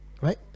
right